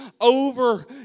over